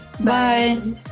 Bye